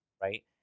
right